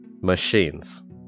machines